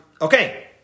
Okay